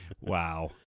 Wow